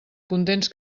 contents